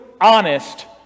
honest